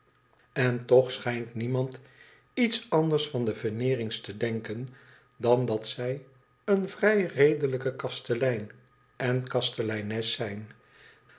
en toch schijnt niemand iets anders van de vereerings te denken dan dat zij een vrij redelijke kastelein en kasteleines zijn